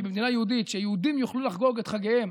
כי במדינה יהודית שיהודים יוכלו לחגוג את חגיהם,